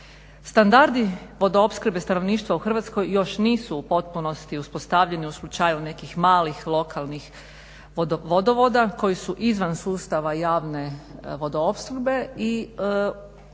Standardi vodoopskrbe stanovništva u Hrvatskoj još nisu u potpunosti uspostavljeni u slučaju nekih malih lokalnih vodovoda koji su izvan sustava javne vodoopskrbe i